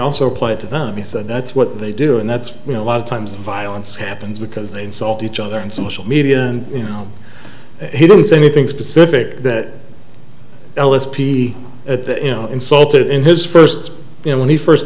also played to them he said that's what they do and that's you know a lot of times violence happens because they insult each other in social media and you know he didn't say anything specific that l s p at the insulted in his first you know when he first